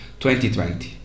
2020